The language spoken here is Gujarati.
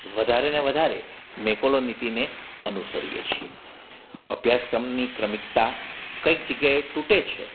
વધારે ને વધારે મેકોલો નીતિને અનુસરીએ છીએ અભ્યાસક્રમની ક્રમિકતા કંઈક જગ્યાએ તૂટે છે